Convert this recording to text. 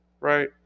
right